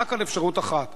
רק על אפשרות אחת,